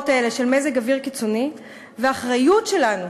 האלה של מזג אוויר קיצוני והאחריות שלנו,